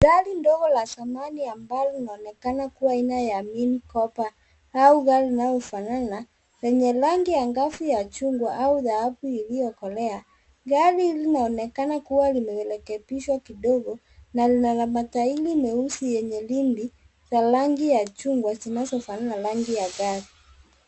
Gari ndogo la zamani ambalo linaonekana kua aina ya Min-Copper au gari inayofanana yenye rangi angavu ya chungwa au dhahabu iliyokolea. Gari linaonekana kua limerekebishwa kidogo na lina matairi meusi yenye rimi za rangi ya chungwa zinazofanana na rangi ya gari.